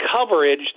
coverage